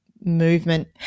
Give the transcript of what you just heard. movement